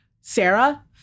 Sarah